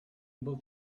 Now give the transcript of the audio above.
able